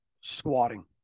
squatting